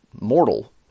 mortal